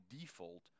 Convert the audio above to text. default